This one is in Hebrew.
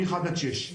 מאחד עד שש,